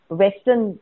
western